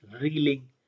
reeling